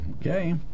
okay